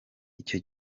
icyo